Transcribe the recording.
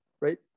right